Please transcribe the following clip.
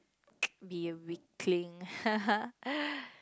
be a weakling